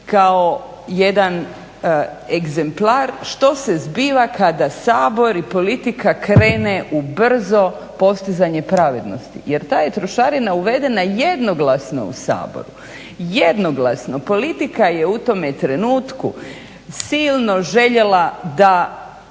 kao jedan egzemplar što se zbiva kada Sabor i politika krene u brzo postizanje pravednosti, jer ta je trošarina uvedena jednoglasno u Saboru, jednoglasno, politika je u tome trenutku silno željela da